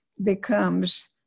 becomes